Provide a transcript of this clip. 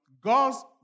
God's